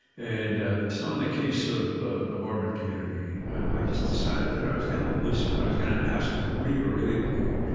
and ah so in the case ah of the mormon community, i just decided that i was going to listen. i was going to ask them, what do you really believe? yeah